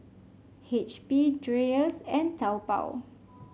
H P Dreyers and Taobao